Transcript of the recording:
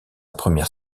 première